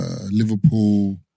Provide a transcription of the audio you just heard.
Liverpool